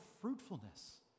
fruitfulness